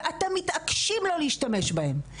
ואתם מתעקשים לא להשתמש בהם,